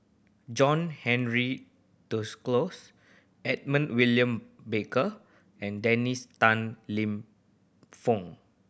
John Henry Duclos Edmund William Barker and Dennis Tan Lip Fong